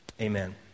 amen